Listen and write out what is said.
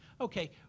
okay